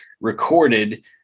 recorded